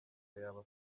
yaba